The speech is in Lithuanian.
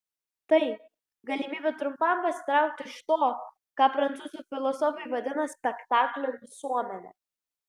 tai galimybė trumpam pasitraukti iš to ką prancūzų filosofai vadina spektaklio visuomene